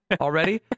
already